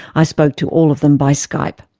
i spoke to all of them by skype.